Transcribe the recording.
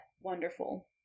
Wonderful